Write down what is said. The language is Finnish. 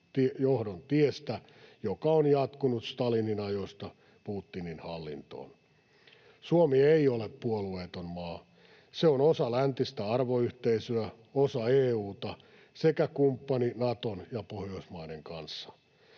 johdon tiestä, joka on jatkunut Stalinin ajoista Putinin hallintoon. Suomi ei ole puolueeton maa. Se on osa läntistä arvoyhteisöä, osa EU:ta sekä kumppani Naton ja Pohjoismaiden kanssa.